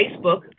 Facebook